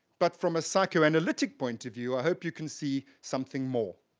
but from a psychoanalytic point of view, i hope you can see something more.